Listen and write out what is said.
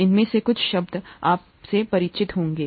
इनमें से कुछ शब्द आपसे परिचित होंगे